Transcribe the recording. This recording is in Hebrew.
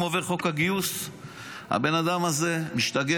אם עובר חוק הגיוס הבן אדם הזה משתגע,